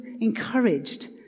encouraged